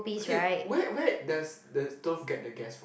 okay where where does the stove get the gas from